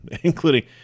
including